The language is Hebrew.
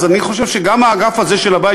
אז אני חושב שגם האגף הזה של הבית,